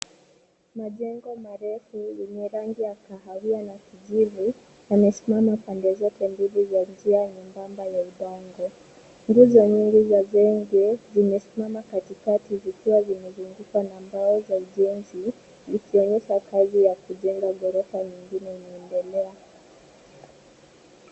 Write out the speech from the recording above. Majengo marefu yenye rangi ya kahawia na kijivu yamesimama pande zote mbili za njia nyembamba ya udongo. Nguzo nyingi za jengo zimesimama katikati zikiwa zimezungushwa na mbao za ujenzi zikionyesha kazi ya kjenga ghorofa ngingine inaendelea.